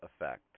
effect